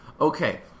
Okay